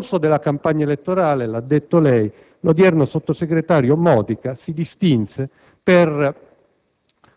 Nel corso della campagna elettorale - lo ha detto lei - l'odierno sottosegretario Modica si distinse per